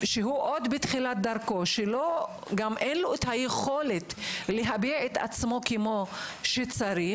שנמצא בתחילת דרכו ושאין לו גם יכולת להביע את עצמו כמו שצריך,